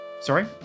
Sorry